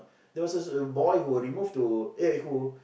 there was just a boy who was removed to eh who